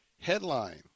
Headline